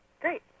great